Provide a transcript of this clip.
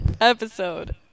episode